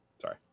sorry